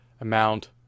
amount